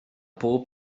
bob